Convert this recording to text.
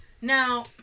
Now